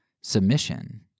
submission